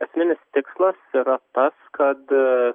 esminis tikslas yra pats kada